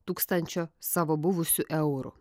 tūkstančio savo buvusių eurų